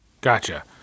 Gotcha